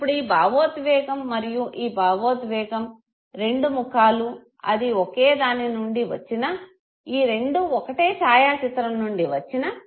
ఇప్పుడు ఈ భావోద్వేగం మరియు ఈ భావోద్వేగం ఈ రెండు ముఖాలు అది ఒకే దానినుండి వచ్చినా ఈ రెండు ఒకటే ఛాయాచిత్రం నుండి వచ్చినా